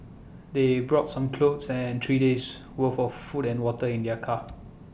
they brought some clothes and three days' worth of food and water in their car